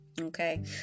Okay